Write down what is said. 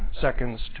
seconds